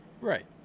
Right